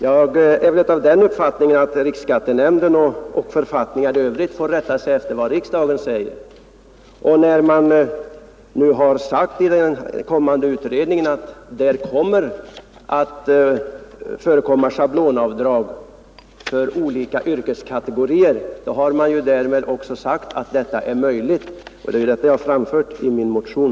Jag är av den uppfattningen att riksskattenämndens bestämmelser och författningar i övrigt får rätta sig efter vad riksdagen säger. Eftersom den sittande utredningen har anfört att det kommer att förekomma schablonavdrag för olika yrkeskategorier har utredningen därmed också sagt att det är möjligt att göra sådana här avdrag — och det är det jag har framfört i min motion.